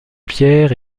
pierre